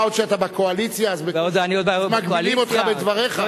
מה עוד שאתה בקואליציה, אז מגבילים אותך בדבריך.